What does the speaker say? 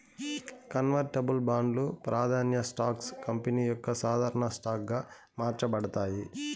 convertible బాండ్లు, ప్రాదాన్య stocks company యొక్క సాధారన స్టాక్ గా మార్చబడతాయి